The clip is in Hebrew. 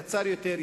קצר יותר,